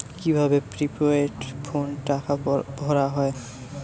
কি ভাবে প্রিপেইড ফোনে টাকা ভরা হয়?